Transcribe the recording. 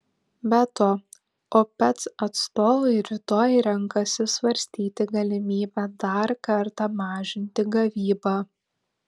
be to opec atstovai rytoj renkasi svarstyti galimybę dar kartą mažinti gavybą